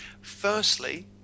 Firstly